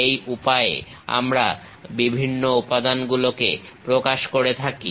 এই উপায়ে আমরা উপাদানগুলোকে প্রকাশ করে থাকি